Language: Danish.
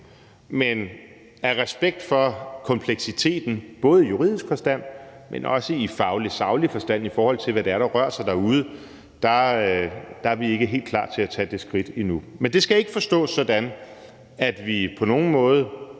men af respekt for kompleksiteten – både i juridisk forstand, men også i faglig og saglig forstand, i forhold til hvad det er, der rører sig derude – er vi ikke helt klar til at tage det skridt endnu. Men det skal ikke forstås sådan, at vi på nogen måde